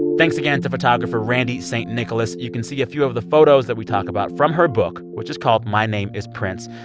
thanks again to photographer randee st. nicholas. you can see a few of the photos that we talk about from her book, which is called my name is prince.